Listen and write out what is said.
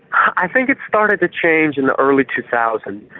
i think it started to change in the early two thousand